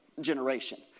generation